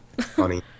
funny